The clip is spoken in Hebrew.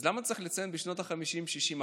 אז למה צריך לציין בשנות החמישים והשישים?